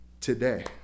Today